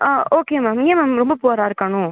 ஆ okay ma'am ஏன் ma'am ரொம்ப புவராக இருக்கானோ